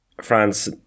France